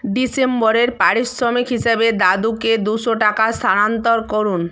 ডিসেম্বরের পারিশ্রমিক হিসেবে দাদুকে দুশো টাকা স্থানান্তর করুন